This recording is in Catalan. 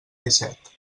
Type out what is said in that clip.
disset